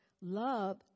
love